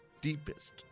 deepest